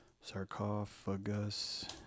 sarcophagus